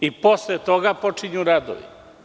Posle toga počinju radovi.